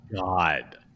god